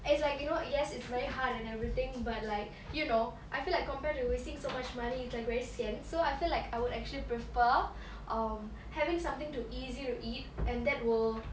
it's like you know yes it's very hard and everything but like you know I feel like compared to wasting so much money it's like very sian so I feel like I would actually prefer um having something to easy to eat and that will